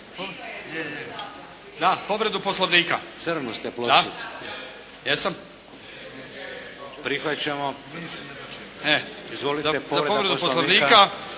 za povredu Poslovnika.